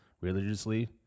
religiously